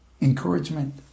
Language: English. encouragement